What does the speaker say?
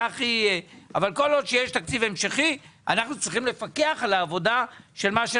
אבל כל עוד יש תקציב המשכי אנחנו צריכים לפקח על מה שנעשה,